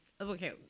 Okay